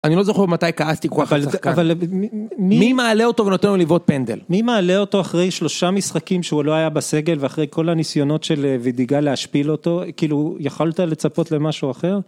אני לא זוכר מתי כעסתי כל כך על שחקן. אבל מי מעלה אותו ונותן לו לבעוט פנדל? מי מעלה אותו אחרי שלושה משחקים שהוא לא היה בסגל, ואחרי כל הניסיונות של ודיגה להשפיל אותו? כאילו, יכלת לצפות למשהו אחר?